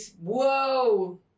Whoa